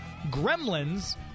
Gremlins